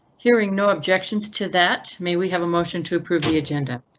hearing no objections to that, may we have a motion to approve the agenda?